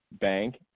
Bank